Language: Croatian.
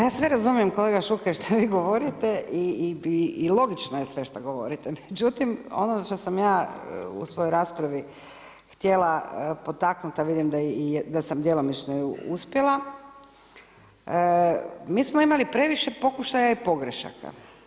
Ja sve razumijem kolega Šuker što vi govorite i logično je sve što govorite, međutim ono što sam ja u svojoj raspravi htjela potaknuti a vidim da sam i djelomično uspjela, mi smo imali previše pokušaja i pogrešaka.